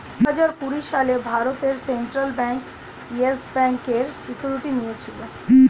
দুহাজার কুড়ি সালে ভারতের সেন্ট্রাল ব্যাঙ্ক ইয়েস ব্যাঙ্কের সিকিউরিটি নিয়েছিল